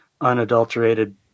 unadulterated